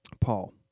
Paul